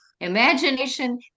imagination